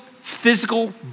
physical